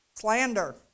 Slander